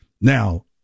Now